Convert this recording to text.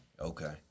Okay